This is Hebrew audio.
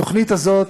התוכנית הזאת,